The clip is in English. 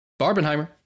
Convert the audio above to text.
Barbenheimer